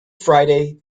friday